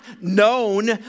known